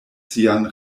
sian